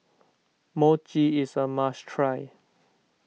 Mochi is a must try